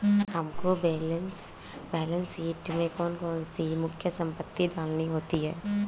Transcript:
हमको balance sheet में कौन कौन सी मुख्य संपत्ति डालनी होती है?